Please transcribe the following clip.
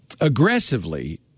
aggressively